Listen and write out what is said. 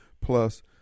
plus